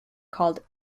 called